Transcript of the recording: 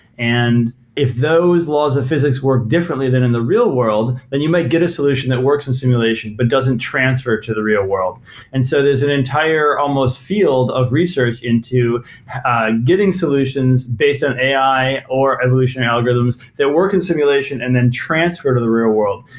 and if those laws of physics were differently than in the real-world, then you might get a solution that works in simulation but doesn't transfer to the real-world and so there's an entire almost field of research into getting solutions based on ai or evolution algorithms that work in simulation and then transfer to the real-world.